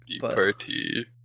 Party